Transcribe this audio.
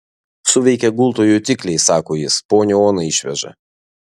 suveikė gulto jutikliai sako jis ponią oną išveža